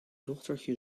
dochtertje